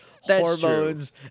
hormones